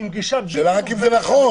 רק השאלה אם זה נכון.